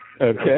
Okay